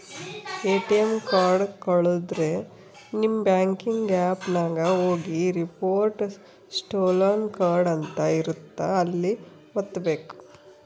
ATM card ಕಳುದ್ರೆ ನಿಮ್ banking app ನಾಗ ಹೋಗಿ ರಿಪೋರ್ಟ್ ಸ್ಟೋಲನ್ ಕಾರ್ಡ್ ಅಂತ ಇರುತ್ತ ಅಲ್ಲಿ ವತ್ತ್ಬೆಕು